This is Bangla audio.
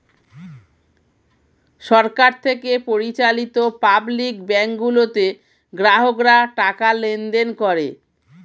সরকার থেকে পরিচালিত পাবলিক ব্যাংক গুলোতে গ্রাহকরা টাকা লেনদেন করে